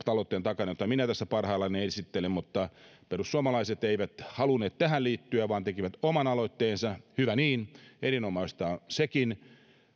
aloitteen takana jota minä tässä parhaillani esittelen mutta perussuomalaiset eivät halunneet tähän liittyä vaan tekivät oman aloitteensa hyvä niin erinomaista on sekin